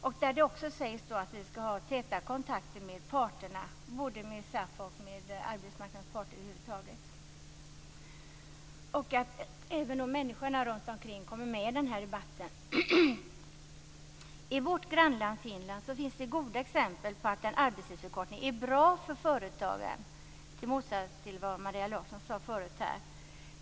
Det sägs också att man skall ha täta kontakter med parterna, med SAF och med arbetsmarknadens parter över huvud taget. Även människorna runtomkring skall komma med i den här debatten. I vårt grannland Finland finns goda exempel på att en arbetstidsförkortning är bra för företagen, i motsats till vad Maria Larsson sade förut.